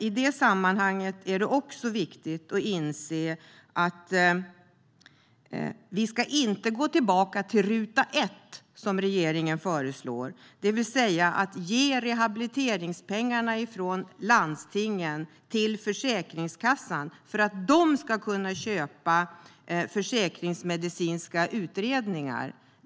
I det sammanhanget är det viktigt att inse att vi inte ska gå tillbaka till ruta ett, som regeringen föreslår, det vill säga ge rehabiliteringspengarna från landstingen till Försäkringskassan för att de ska kunna köpa försäkringsmedicinska utredningar.